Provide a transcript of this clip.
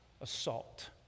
Assault